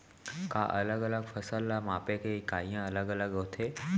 का अलग अलग फसल ला मापे के इकाइयां अलग अलग होथे?